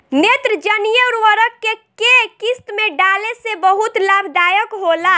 नेत्रजनीय उर्वरक के केय किस्त में डाले से बहुत लाभदायक होला?